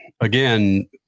again